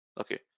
Okay